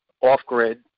off-grid